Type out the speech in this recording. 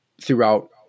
throughout